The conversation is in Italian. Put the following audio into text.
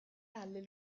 alle